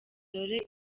dore